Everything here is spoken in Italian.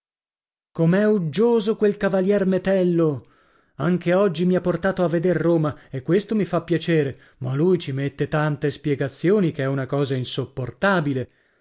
com'è uggioso quel cavalier metello anche oggi mi ha portato a veder roma e questo mi fa piacere ma lui ci mette tante spiegazioni che è una cosa insopportabile